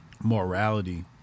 Morality